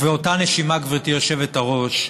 ובאותה נשימה, גברתי היושבת-ראש,